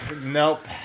Nope